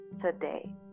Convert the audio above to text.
today